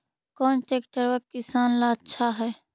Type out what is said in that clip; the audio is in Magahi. कौन ट्रैक्टर किसान ला आछा है?